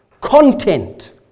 Content